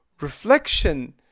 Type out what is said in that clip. reflection